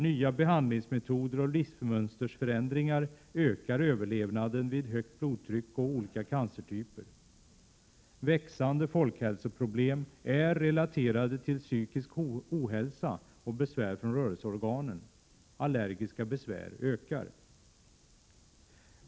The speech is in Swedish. Nya behandlingsmetoder och livsmönsterförändringar ökar överlevnaden vid högt blodtryck och olika cancertyper. Växande folkhälsoproblem är relaterade till psykisk ohälsa och besvär från rörelseorganen. Allergiska besvär ökar.